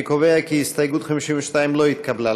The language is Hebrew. אני קובע כי הסתייגות 52 לא התקבלה.